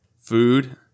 food